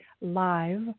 live